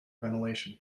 ventilation